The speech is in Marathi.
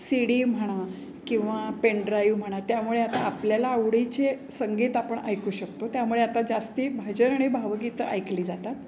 सि डी म्हणा किंवा पेन ड्राईव्ह म्हणा त्यामुळे आता आपल्याला आवडीचे संगीत आपण ऐकू शकतो त्यामुळे आता जास्त भजन आणि भावगीतं ऐकली जातात